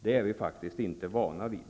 Det är vi faktiskt inte vana vid.